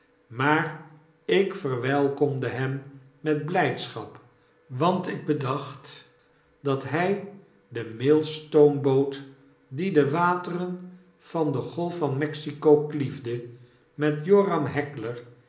maar ik verwelkomde hem met blijdschap want ik bedacht dat hy de mailstoomboot die de wateren van de golf van mexico kliefde met